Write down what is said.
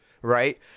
right